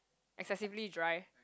excessively dry